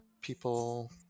people